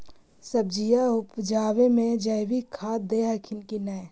सब्जिया उपजाबे मे जैवीक खाद दे हखिन की नैय?